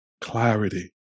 clarity